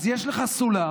אז יש לך סולם,